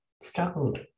struggled